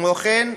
כמו כן,